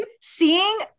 seeing